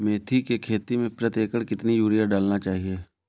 मेथी के खेती में प्रति एकड़ कितनी यूरिया डालना चाहिए?